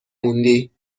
موندی